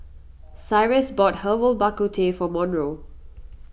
Cyrus bought Herbal Bak Ku Teh for Monroe